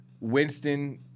Winston